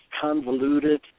convoluted